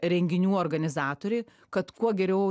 renginių organizatoriai kad kuo geriau